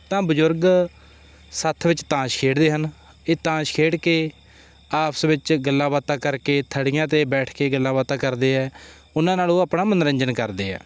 ਤਾਂ ਬਜ਼ੁਰਗ ਸੱਥ ਵਿੱਚ ਤਾਸ਼ ਖੇਡਦੇ ਹਨ ਇਹ ਤਾਸ਼ ਖੇਡ ਕੇ ਆਪਸ ਵਿੱਚ ਗੱਲਾਂ ਬਾਤਾਂ ਕਰਕੇ ਥੜੀਆਂ 'ਤੇ ਬੈਠ ਕੇ ਗੱਲਾਂ ਬਾਤਾਂ ਕਰਦੇ ਹੈ ਉਹਨਾਂ ਨਾਲ ਉਹ ਆਪਣਾ ਮਨੋਰੰਜਨ ਕਰਦੇ ਆ